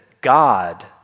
God